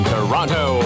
Toronto